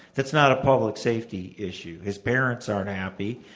that's not a public safety issue. his parents aren't happy,